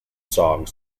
songs